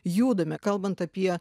judame kalbant apie